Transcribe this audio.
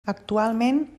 actualment